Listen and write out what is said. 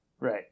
Right